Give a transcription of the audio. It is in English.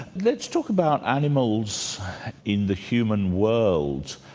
let's talk about animals in the human world.